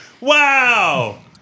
Wow